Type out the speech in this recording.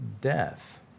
death